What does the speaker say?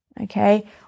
okay